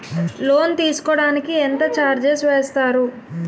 Loan తీసుకోడానికి ఎంత charges వేస్తారు?